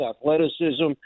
athleticism